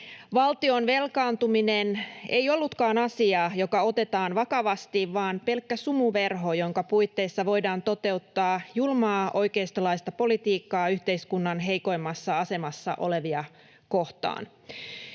Valtion velkaantuminen ei ollutkaan asia, joka otetaan vakavasti, vaan pelkkä sumuverho, jonka puitteissa voidaan toteuttaa julmaa oikeistolaista politiikkaa yhteiskunnan heikoimmassa asemassa olevia kohtaan.